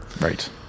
Right